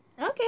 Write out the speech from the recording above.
okay